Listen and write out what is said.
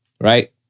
Right